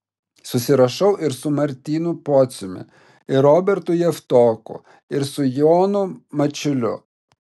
susirašau ir su martynu pociumi ir robertu javtoku ir su jonu mačiuliu